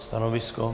Stanovisko?